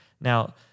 Now